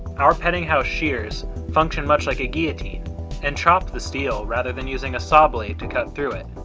our peddinghaus shears function much like a guillotine and chop the steel, rather than using a saw blade to cut through it